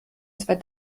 zwei